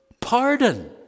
pardon